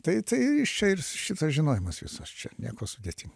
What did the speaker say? tai tai iš čia ir šitas žinojimas visas čia nieko sudėtingo